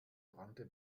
brannte